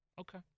Okay